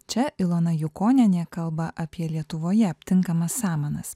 čia ilona jukonienė kalba apie lietuvoje aptinkamas samanas